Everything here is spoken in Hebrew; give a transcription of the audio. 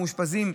המאושפזים,